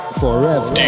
forever